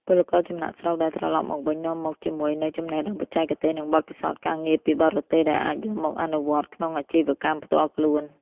ពលករចំណាកស្រុកដែលត្រឡប់មកវិញ នាំមកជាមួយនូវ "ចំណេះដឹងបច្ចេកទេស" និងបទពិសោធន៍ការងារពីបរទេស ដែលអាចយកមកអនុវត្តក្នុងអាជីវកម្មផ្ទាល់ខ្លួន។